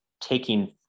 taking